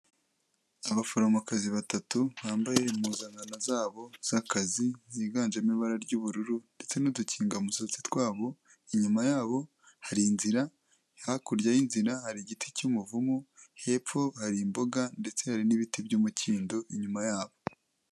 Abaforomokazi batatu bambaye impuzankano zabo z'akazi ziganjemo ibara ry'ubururu ndetse n'udukingamusatsi twabo, inyuma yabo hari inzira, hakurya y'inzira hari igiti cy'umuvumu, hepfo hari imboga ndetse hari n'ibiti by'umukindo inyuma yabo.